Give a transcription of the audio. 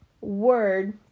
word